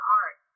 art